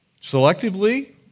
Selectively